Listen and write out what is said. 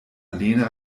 lena